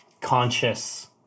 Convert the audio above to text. Conscious